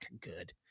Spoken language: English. good